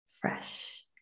fresh